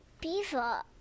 beaver